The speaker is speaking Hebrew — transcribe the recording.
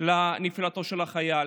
נפילתו של החייל.